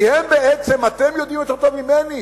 כי הם בעצם, אתם יודעים יותר טוב ממני,